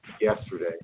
yesterday